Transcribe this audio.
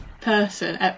person